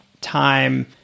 time